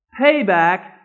Payback